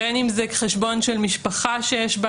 בין אם זה חשבון של משפחה שיש בה